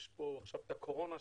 יש עכשיו את הקורונה,